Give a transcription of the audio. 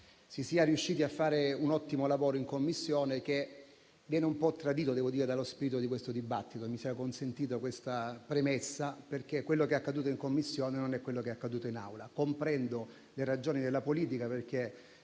si sia riusciti a fare un ottimo lavoro in Commissione, che è stato un po' tradito - devo dire - dallo spirito di questo dibattito. Mi sia consentita questa premessa, perché quello che è accaduto in Commissione non è quello che è accaduto in Aula. Comprendo le ragioni della politica, perché